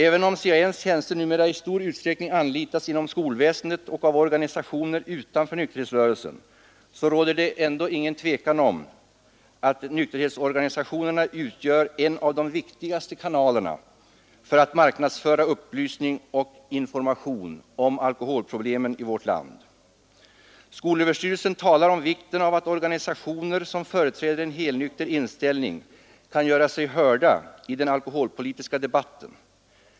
Även om CANs tjänster numera anlitas inom skolväsendet och av organisationer utanför nykterhetsrörelsen, så råder det ändå inget tvivel om att nykterhetsorganisationerna utgör en av de viktigaste kanalerna för att marknadsföra upplysning och information om alkoholproblemen i vårt land. SÖ talar om vikten av att organisationer som företräder en helnykter inställning kan göra sig hörda i den alkoholpolitiska debatten.